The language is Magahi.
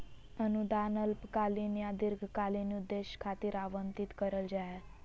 अनुदान अल्पकालिक या दीर्घकालिक उद्देश्य खातिर आवंतित करल जा हय